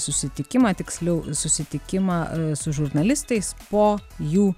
susitikimą tiksliau susitikimą a su žurnalistais po jų